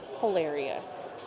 hilarious